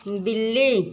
बिल्ली